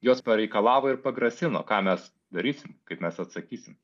jos pareikalavo ir pagrasino ką mes darysim kaip mes atsakysim